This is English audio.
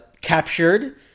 captured